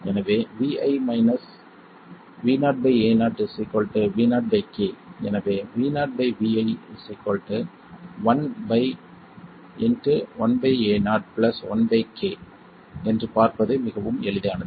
எனவே Vi Vo Ao Vo k எனவே Vo Vi 1 1 Ao 1 k என்று பார்ப்பது மிகவும் எளிதானது